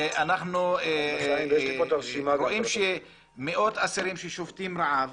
אומרים שיש מאות אסירים ששובתים רעב,